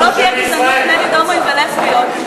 שלא תהיה גזענות נגד הומואים ולסביות,